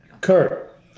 Kurt